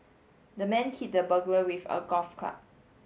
the man hit the burglar with a golf club